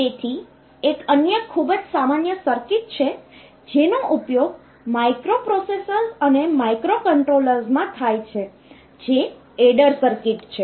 તેથી એક અન્ય ખૂબ જ સામાન્ય સર્કિટ છે જેનો ઉપયોગ માઇક્રોપ્રોસેસર્સ અને માઇક્રોકન્ટ્રોલર્સમાં થાય છે જે એડર સર્કિટ છે